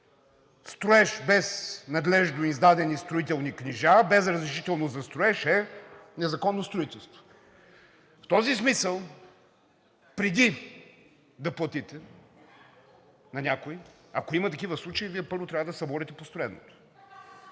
Строеж без надлежно издадени строителни книжа, без разрешително за строеж е незаконно строителство. В този смисъл, преди да платите на някого, ако има такива случаи, Вие първо трябва да съборите построеното.